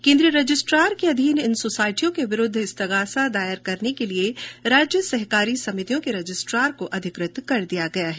केन्द्रीय रजिस्ट्रार के अधीन इन सोसायटियों के विरूद्व इस्तगासा दायर करने के लिए राज्य सहकारी समितियों के रजिस्ट्रार को अधिकृत कर दिया गया है